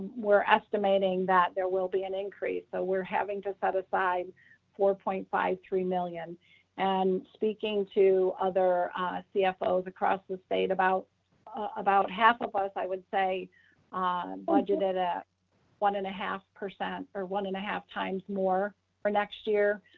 we're estimating that there will be an increase. so we're having to set aside four point five three million and speaking to other cfos across the state about about half of us, i would say budget at a one and a half percent or one and a half times more for next year.